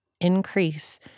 increase